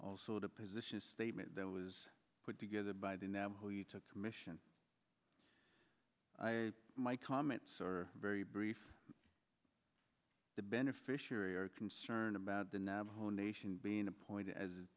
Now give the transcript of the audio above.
also the position statement that was put together by the navajo you took commission i my comments are very brief the beneficiary are concerned about the navajo nation being appointed as